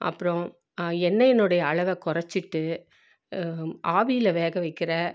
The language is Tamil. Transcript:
அப்புறம் எண்ணெயினுடைய அளவை குறைச்சிட்டு ஆவியில் வேகவைக்கிற